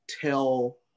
tell